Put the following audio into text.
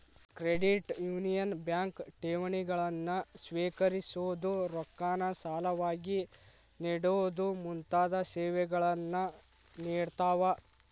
credit union bank ಠೇವಣಿಗಳನ್ನ ಸ್ವೇಕರಿಸೊದು, ರೊಕ್ಕಾನ ಸಾಲವಾಗಿ ನೇಡೊದು ಮುಂತಾದ ಸೇವೆಗಳನ್ನ ನೇಡ್ತಾವ